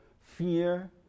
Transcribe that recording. fear